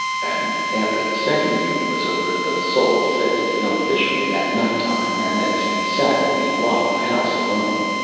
and after the second year was over, the soul said to the young fisherman at night-time, and as he sat in the wattled house alone,